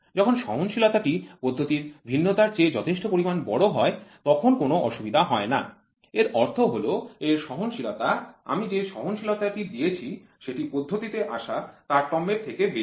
যখন সহনশীলতা টি পদ্ধতির ভিন্নতার চেয়ে যথেষ্ট পরিমাণ বড় হয় তখন কোনও অসুবিধা হয় না এর অর্থ হল এর সহনশীলতা আমি যে সহনশীলতা টি দিয়েছি সেটি পদ্ধতিতে আশা তারতম্য এর থেকে বেশি